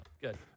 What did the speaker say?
Good